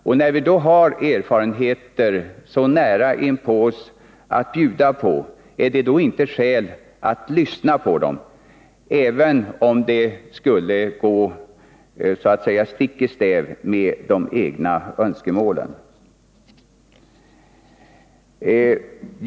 Och eftersom vi har erfarenheter så nära inpå oss att bjuda på, finns det då inte skäl att studera dem, även om de skulle gå stick i stäv med de egna önskemålen?